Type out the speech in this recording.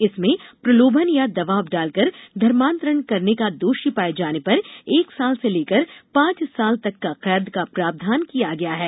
इसमें प्रलोभन या दबाव डालकर धर्मांतरण करने का दोषी पाए जाने पर एक साल से लेकर पांच साल तक कैद का प्रावधान किया गया है